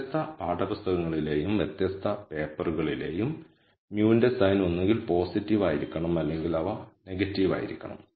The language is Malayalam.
വ്യത്യസ്ത പാഠപുസ്തകങ്ങളിലെയും വ്യത്യസ്ത പേപ്പറുകളിലെയും μ ന്റെ സൈൻ ഒന്നുകിൽ പോസിറ്റീവ് ആയിരിക്കണം അല്ലെങ്കിൽ അവ നെഗറ്റീവ് ആയിരിക്കണം